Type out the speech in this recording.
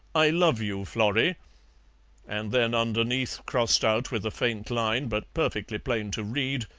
i love you, florrie and then underneath, crossed out with a faint line, but perfectly plain to read,